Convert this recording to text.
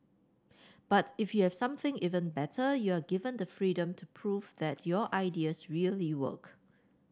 but if you have something even better you are given the freedom to prove that your ideas really work